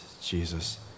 Jesus